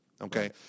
okay